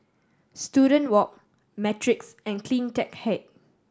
Student Walk Matrix and Cleantech Height